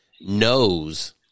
knows